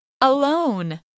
Alone